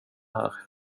här